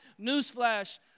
Newsflash